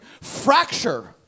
fracture